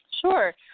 Sure